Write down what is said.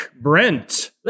Brent